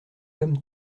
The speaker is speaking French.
comme